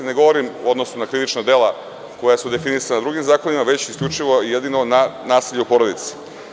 Ne govorim u odnosu na krivična dela koja su definisana drugim zakonima, već jedino i isključivo o nasilju u porodici.